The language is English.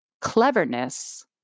cleverness